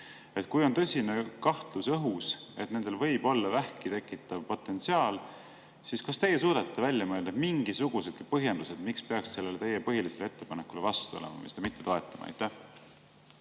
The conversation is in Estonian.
Kui on tõsine kahtlus õhus, et nendel võib olla vähki tekitav potentsiaal, siis kas teie suudate välja mõelda mingisugusedki põhjendused, miks peaks sellele teie põhilisele ettepanekule vastu olema ja seda mitte toetama?